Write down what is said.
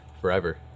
forever